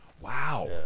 wow